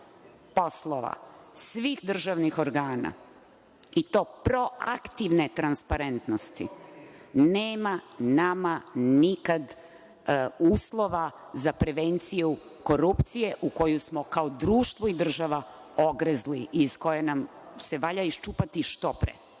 poslova svih državnih organa i to proaktivne transparentnosti, nema nama nikad uslova za prevenciju korupcije u koju smo, kao društvo i država, ogrezli i iz koje nam se valja iščupati što pre.